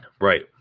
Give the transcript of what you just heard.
Right